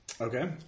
Okay